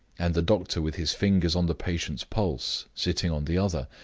and the doctor, with his fingers on the patient's pulse, sitting on the other,